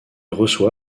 reçoit